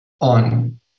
on